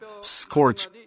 scorch